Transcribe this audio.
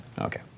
Okay